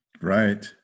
Right